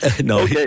no